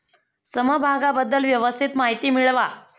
समभागाबद्दल व्यवस्थित माहिती मिळवा